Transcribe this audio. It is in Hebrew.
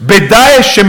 במי בדיוק אתם תומכים?